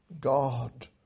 God